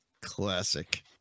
Classic